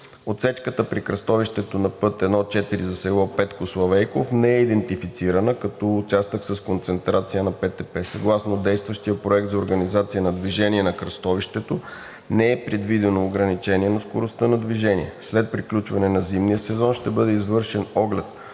Отсечката при кръстовището на път I-4 за село Петко Славейков не е идентифицирана като участък с концентрация на ПТП. Съгласно действащия проект за организация на движението на кръстовището не е предвидено ограничение на скоростта на движение. След приключване на зимния сезон ще бъде извършен оглед